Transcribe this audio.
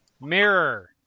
Mirror